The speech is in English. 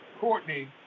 Courtney